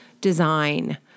design